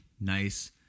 nice